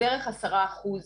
בערך 10 אחוז